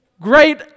Great